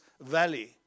valley